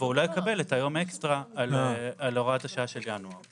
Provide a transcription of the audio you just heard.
אבל הוא לא יקבל את היום אקסטרה על הוראת השעה של ינואר.